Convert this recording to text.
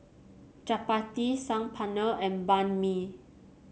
Chapati Saag Paneer and Banh Mi